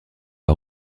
pas